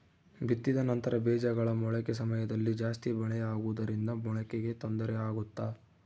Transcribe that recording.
ಬಿತ್ತಿದ ನಂತರ ಬೇಜಗಳ ಮೊಳಕೆ ಸಮಯದಲ್ಲಿ ಜಾಸ್ತಿ ಮಳೆ ಆಗುವುದರಿಂದ ಮೊಳಕೆಗೆ ತೊಂದರೆ ಆಗುತ್ತಾ?